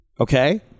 okay